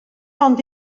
ond